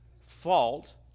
fault